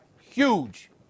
huge